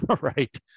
right